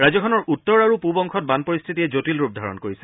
ৰাজ্যখনৰ উত্তৰ আৰু পূব অংশত বান পৰিস্থিতিয়ে জটিল ৰূপ ধাৰণ কৰিছে